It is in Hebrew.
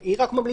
היא רק ממליצה,